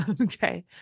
Okay